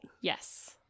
yes